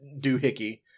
doohickey